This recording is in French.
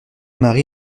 mari